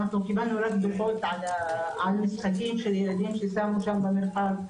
קיבלנו רק דוחות על משחקים של ילדים ששמו שם במרחב.